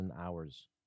hours